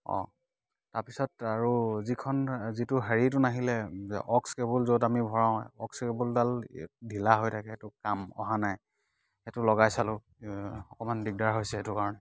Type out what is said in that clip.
অঁ তাৰপিছত আৰু যিখন যিটো হেৰিটো নাহিলে অক্স কেবল য'ত আমি ভৰাও অক্স কেবোলডাল ঢিলা হৈ থাকে ত' কাম অহা নাই সেইটো লগাই চালোঁ অকণমান দিগদাৰ হৈছে সেইটো কাৰণে